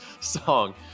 song